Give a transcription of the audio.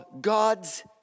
God's